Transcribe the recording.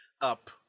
up